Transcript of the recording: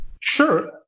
sure